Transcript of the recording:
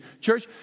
church